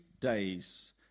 days